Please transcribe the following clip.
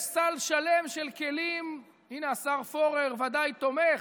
יש סל שלם של כלים, הינה, השר פורר ודאי תומך.